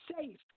safe